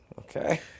Okay